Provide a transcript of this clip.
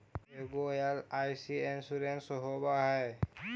ऐगो LIC insurance होव है?